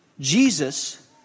Jesus